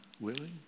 willing